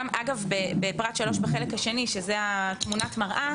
גם בפרט 3 בחלק השני שזאת תמונת המראה